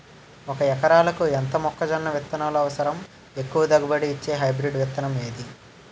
ఒక ఎకరాలకు ఎంత మొక్కజొన్న విత్తనాలు అవసరం? ఎక్కువ దిగుబడి ఇచ్చే హైబ్రిడ్ విత్తనం ఏది?